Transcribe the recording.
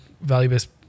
value-based